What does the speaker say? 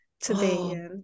today